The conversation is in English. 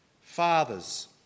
Fathers